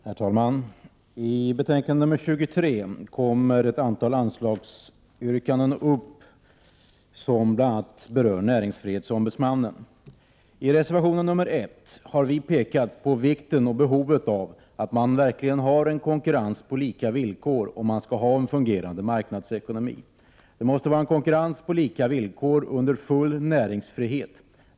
Herr talman! I betänkande nr 23 kommer ett antal anslagsyrkanden upp som bl.a. rör näringsfrihetsombudsmannen. I reservationen 1 har vi pekat på vikten och behovet av att man verkligen har en konkurrens på lika villkor om man skall ha en fungerande marknadsekonomi. Det måste vara en konkurrens på lika villkor under full näringsfrihet.